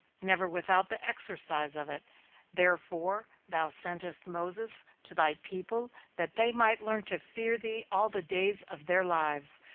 never without the exercise of it therefore thou sentest moses to thy people, that they might learn to fear thee all the days of their lives,